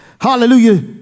Hallelujah